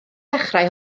dechrau